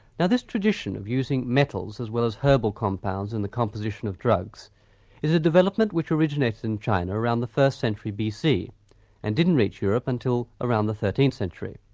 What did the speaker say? now this tradition of using metals as well as herbal compounds in the composition of drugs is a development which originated in china around the first century bc and didn't reach europe until around the thirteenth century.